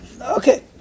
Okay